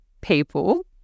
people